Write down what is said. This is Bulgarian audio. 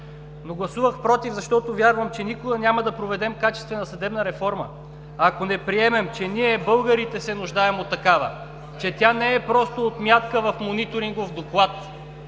но гласувах „против“, защото вярвам, че никога няма да проведем качествена съдебна реформа, ако не приемем, че ние, българите, се нуждаем от такава, че тя не е просто отметка в мониторингов доклад,